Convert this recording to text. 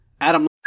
Adam